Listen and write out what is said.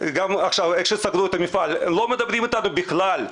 לאחר שסגרו את המפעל לא מדברים אתנו בכלל.